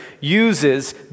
uses